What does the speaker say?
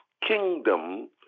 kingdom